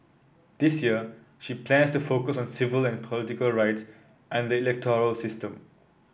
this year she plans to focus on civil and political rights and the electoral system